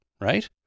right